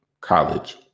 College